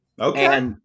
Okay